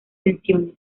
tensiones